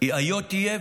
היא היה תהיה,